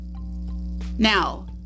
Now